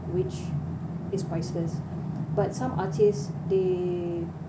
which is priceless but some artists they